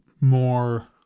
more